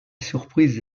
surprise